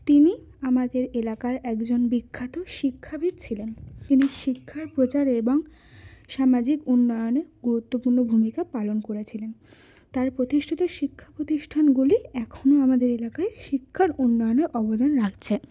তিনি আমাদের এলাকার একজন বিখ্যাত শিক্ষাবিদ ছিলেন তিনি শিক্ষার প্রচার এবং সামাজিক উন্নয়নে গুরুত্বপূর্ণ ভূমিকা পালন করেছিলেন তার প্রতিষ্ঠিত শিক্ষা প্রতিষ্ঠানগুলি এখনও আমাদের এলাকায় শিক্ষার উন্নয়নের অবদান রাখছে